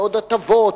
ועוד הטבות,